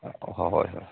ꯍꯣꯏ ꯍꯣꯏ ꯍꯣꯏ